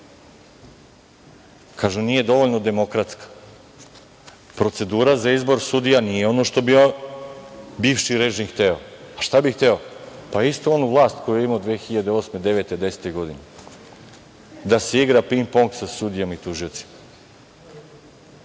Kaže - nije dovoljno demokratska. Procedura za izbor sudija nije ono što bi bivši režim hteo. Šta bi hteo? Pa, istu onu vlast koju je imao 2008, 2009, 2010. godine, da se igra ping-pong sa sudijama i tužiocima.